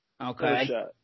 Okay